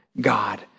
God